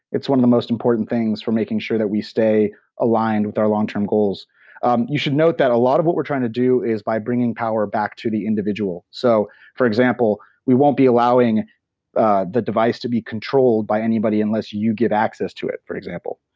it's one of the most important things for making sure that we stay aligned with our longterm goals um you should note that a lot of what we're trying to do is by bringing power back to the individual, so for example, we won't be allowing the device to be controlled by anybody unless you give access to it, for example.